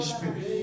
Spirit